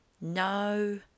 no